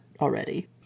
already